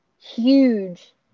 huge